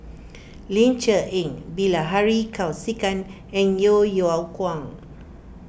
Ling Cher Eng Bilahari Kausikan and Yeo Yeow Kwang